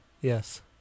Yes